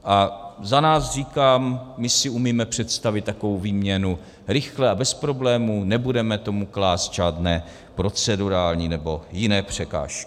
A za nás říkám, my si umíme představit takovou výměnu rychle a bez problémů, nebudeme tomu klást žádné procedurální nebo jiné překážky.